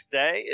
day